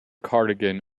cardigan